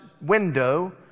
window